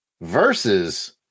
versus